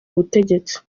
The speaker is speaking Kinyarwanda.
ubutegetsi